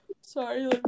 sorry